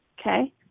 Okay